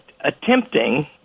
attempting